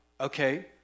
Okay